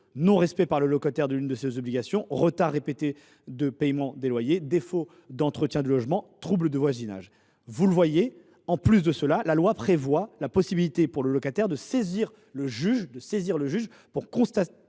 non respect par le locataire de l’une de ses obligations, retard répété de paiement des loyers, défaut d’entretien du logement, trouble de voisinage. En outre, la loi prévoit la possibilité pour le locataire de saisir le juge pour contester